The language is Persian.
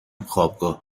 خوابگاه